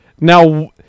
Now